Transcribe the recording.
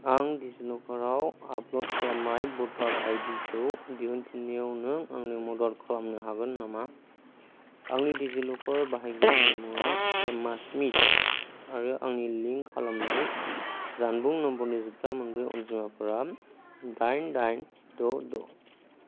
आं डिजिलकाराव आपलड खालामनाय भटार आईडिखौ दिहुनफिननायाव नों आंनो मदद खालामनो हागोन नामा आंनि डिजिलकार बाहायगिरिनि मुङा एम्मा स्मिथ आरो आंनि लिंक खालामनाय जानबुं नम्बरनि जोबथा मोनब्रै अनजिमाफोरा दाइन दाइन द' द'